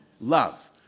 Love